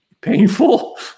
painful